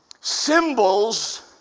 symbols